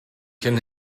can